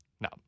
No